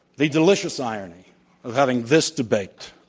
the delicious irony of having this debate,